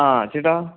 ആ ചേട്ടാ